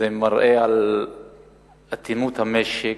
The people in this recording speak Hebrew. וזה מראה על אטימות המשק.